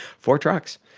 for trucks.